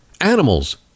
Animals